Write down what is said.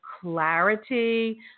clarity